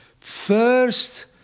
First